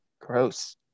Gross